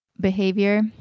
behavior